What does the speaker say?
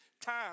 Time